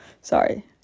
Sorry